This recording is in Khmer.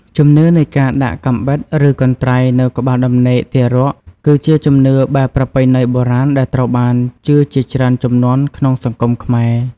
ជំនឿនៃការដាក់ កំបិតឬកន្ត្រៃនៅក្បាលដំណេកទារក គឺជាជំនឿបែបប្រពៃណីបុរាណដែលត្រូវបានជឿជាច្រើនជំនាន់ក្នុងសង្គមខ្មែរ។